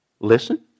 Listen